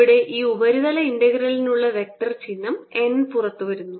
ഇവിടെ ഈ ഉപരിതല ഇന്റഗ്രലിനുള്ള വെക്റ്റർ ചിഹ്നം n പുറത്തുവരുന്നു